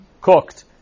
Cooked